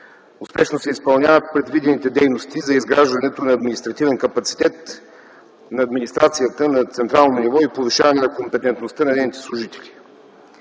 Успешно се изпълняват предвидените дейности за изграждането на административен капацитет на администрацията на централно ниво и повишаване на компетентността на нейните служители.